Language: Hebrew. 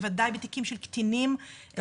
בוודאי בתיקים של קטינים ---.